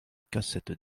cassette